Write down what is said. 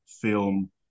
film